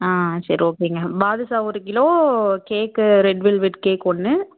ஆ சரி ஓகேங்க பாதுஷா ஒரு kilo cake red velvet cake ஒன்று